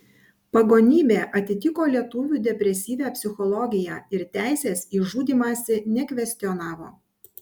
pagonybė atitiko lietuvių depresyvią psichologiją ir teisės į žudymąsi nekvestionavo